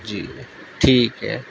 جی ٹھیک ہے